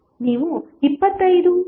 ನೀವು 25i4 ಪಡೆಯುತ್ತೀರಿ